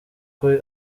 aho